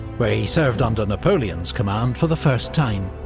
where he served under napoleon's command for the first time.